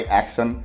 action